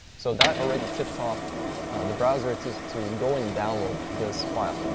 so that already tips off the browser to to go and download this file.